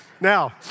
now